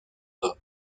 hommes